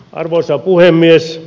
arvoisa puhemies